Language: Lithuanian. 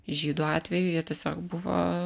žydų atveju jie tiesiog buvo